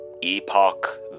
Epoch